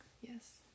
Yes